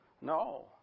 No